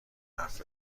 حرف